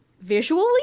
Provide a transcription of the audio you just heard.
visually